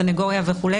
סנגוריה וכו',